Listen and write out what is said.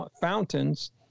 fountains